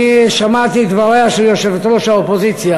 אני שמעתי את דבריה של יושבת-ראש האופוזיציה,